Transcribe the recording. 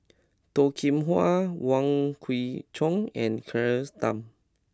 Toh Kim Hwa Wong Kwei Cheong and Claire Tham